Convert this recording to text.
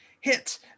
hit